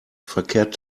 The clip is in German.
verkehrt